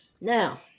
Now